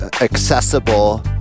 accessible